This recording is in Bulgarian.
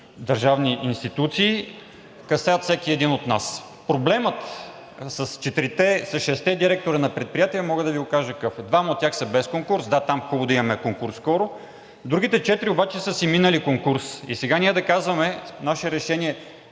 държавни институции касае всеки от нас. Проблемът с шестимата директори на предприятия мога да Ви кажа какъв е – двама от тях са без конкурс, да, там е хубаво да имаме конкурс скоро, другите четирима обаче са си минали конкурс. И сега ние да казваме с наше решение: